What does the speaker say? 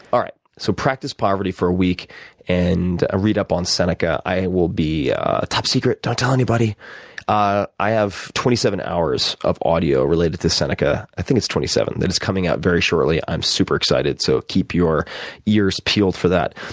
alright. so practice poverty for a week and ah read up on seneca. i will be top secret, don't tell anybody i i have twenty seven hours of audio related to seneca i think it's twenty seven that is coming out very shortly. i'm super excited so keep your ears peeled for that.